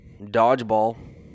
dodgeball